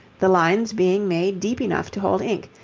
the lines being made deep enough to hold ink,